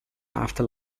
after